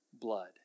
blood